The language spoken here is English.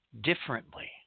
differently